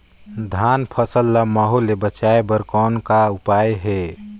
धान फसल ल महू ले बचाय बर कौन का उपाय हे?